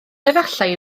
efallai